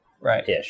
Right